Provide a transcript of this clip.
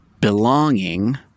belonging